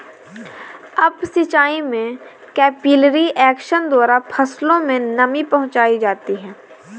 up सिचाई में capillary action द्वारा फसलों में नमी पहुंचाई जाती है